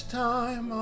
time